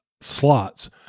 slots